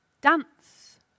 Dance